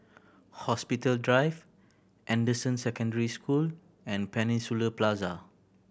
Hospital Drive Anderson Secondary School and Peninsula Plaza